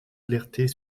alerter